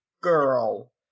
girl